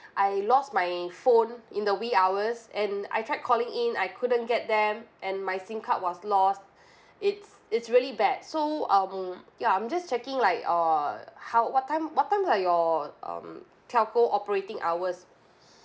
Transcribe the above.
I lost my phone in the wee hours and I tried calling in I couldn't get them and my SIM card was lost it's it's really bad so um ya I'm just checking like uh how what time what time your um telco operating hours